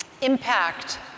impact